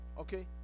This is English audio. okay